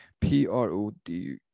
P-R-O-D